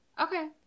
Okay